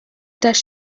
does